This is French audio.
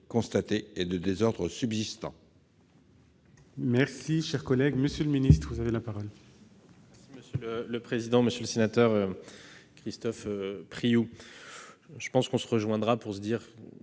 et de désordres subsistants